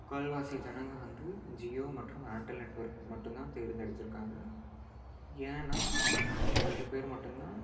முக்கால்வாசி ஜனங்கள் வந்து ஜியோ மற்றும் ஆர்டெல் நெட்வொர்க் மட்டும்தான் தேர்ந்தெடுத்திருக்காங்க ஏன்னா அவங்க ரெண்டு பேரும் மட்டும்தான்